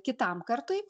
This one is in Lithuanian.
kitam kartui